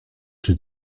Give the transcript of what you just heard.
czy